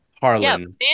Harlan